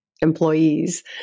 employees